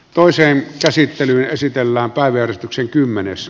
toiseen käsittelyyn esitellään vain eristyksiin kymmenes